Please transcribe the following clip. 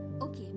Okay